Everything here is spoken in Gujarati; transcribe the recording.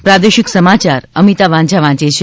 પ્રાદેશિક સમાચાર અમિતા વાંઝા વાંચે છે